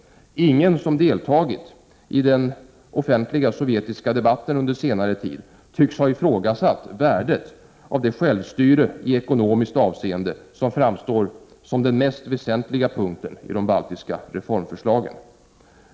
Ingen som deltagit i den offentliga sovjetiska debatten under senare tid tycks ha ifrågasatt värdet av det självstyre i ekonomiskt avseende som framstår som den mest väsentliga punkten i de baltiska reformförslagen.